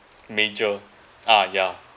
major ah ya